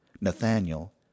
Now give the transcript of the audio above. Nathaniel